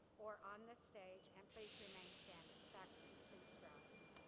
or on the stage and please remain standing. faculty, please rise.